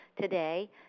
today